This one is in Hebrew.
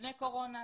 לפני קורונה,